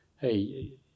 hey